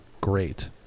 great